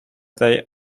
they